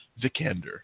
Vikander